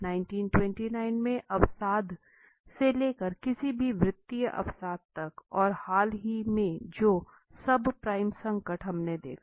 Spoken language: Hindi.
1929 के अवसाद से लेकर किसी भी वित्तीय अवसाद तक और हाल ही में जो सबप्राइम संकट हमने देखा